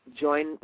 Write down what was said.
Join